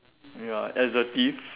ya assertive